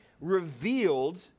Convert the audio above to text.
revealed